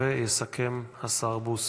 ויסכם השר בוסו.